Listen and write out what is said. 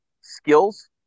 skills